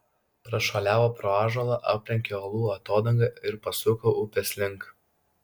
prašuoliavo pro ąžuolą aplenkė uolų atodangą ir pasuko upės link